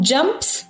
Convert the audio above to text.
Jumps